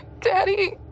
Daddy